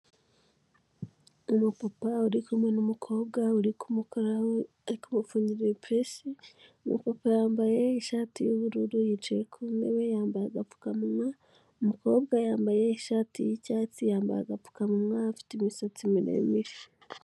Umupapa uri kumwe n'umukobwa uri kumukoraho, ari kumufungira ibipesi, umupapa yambaye ishati y'ubururu, yicaye ku ntebe, umukara akamupfunnyirapressi papa yambaye ishati y'ubururu, yicaye ku ntebe, yambaye agapfukawa, umukobwa yambaye ishati y'icyatsi, yambaye agapfukamunwa, afite imisatsi miremire.